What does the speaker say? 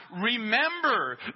remember